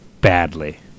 badly